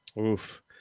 Oof